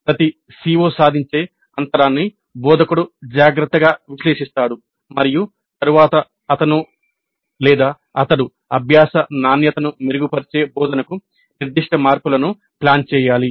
ప్రతి CO సాధించే అంతరాన్ని బోధకుడు జాగ్రత్తగా విశ్లేషిస్తాడు మరియు తరువాత అతను లేదా అతడు అభ్యాస నాణ్యతను మెరుగుపరిచే బోధనకు నిర్దిష్ట మార్పులను ప్లాన్ చేయాలి